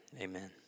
Amen